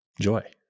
joy